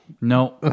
No